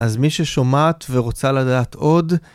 אז מי ששומעת ורוצה לדעת עוד.